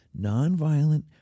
nonviolent